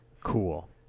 Cool